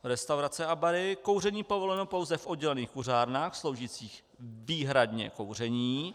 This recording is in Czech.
Restaurace a bary kouření povoleno pouze v oddělených kuřárnách sloužících výhradně ke kouření.